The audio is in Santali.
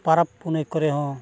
ᱯᱟᱨᱟᱵᱽ ᱯᱩᱱᱟᱹᱭ ᱠᱚᱨᱮ ᱦᱚᱸ